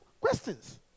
questions